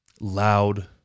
loud